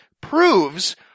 proves